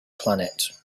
planet